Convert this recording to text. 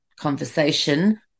Conversation